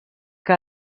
que